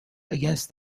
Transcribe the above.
against